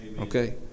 okay